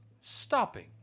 stopping